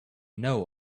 know